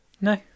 No